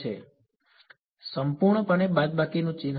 વિદ્યાર્થી સંપૂર્ણ બાદબાકીનું ચિહ્ન